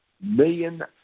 Million